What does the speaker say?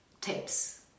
tips